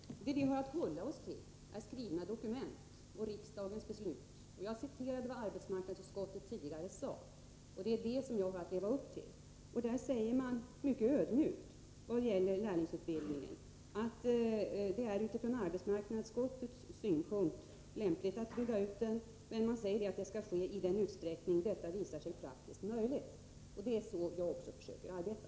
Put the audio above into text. Herr talman! Det vi har att hålla oss till är skrivna dokument och riksdagens beslut. Jag citerade tidigare vad arbetsmarknadsutskottet sade. Det är det som jag har att leva upp till. Utskottet uttalade sig mycket ödmjukt om lärlingsutbildningen. Man sade att det från arbetsmarknadsutskottets synpunkt är lämpligt att lärlingsutbildningen byggs ut, men att det skall ske ”i den utsträckning detta visar sig vara praktiskt möjligt”. Det är så jag försöker arbeta.